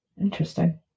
Interesting